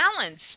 balance